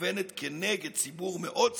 המכוונת כנגד ציבור מאוד ספציפי,